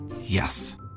Yes